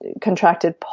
contracted